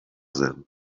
them